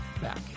back